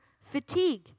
fatigue